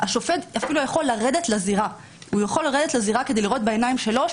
השופט אפילו יכול לרדת לזירה כדי לראות בעיניים שלו.